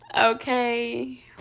Okay